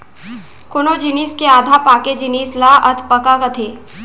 कोनो जिनिस के आधा पाके जिनिस ल अधपका कथें